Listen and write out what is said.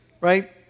right